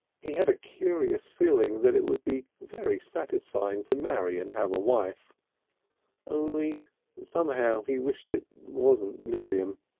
he had a curious feeling that it would be very satisfying to marry and have a wife only somehow he wished it wasn't miriam.